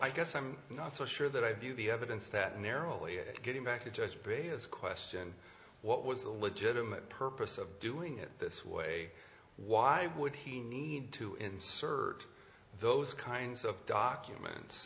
i guess i'm not so sure that i view the evidence that narrowly is getting back to judge perry is question what was a legitimate purpose of doing it this way why would he need to insert those kinds of documents